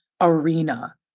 arena